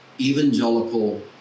evangelical